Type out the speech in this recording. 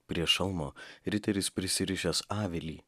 prie šalmo riteris prisirišęs avilį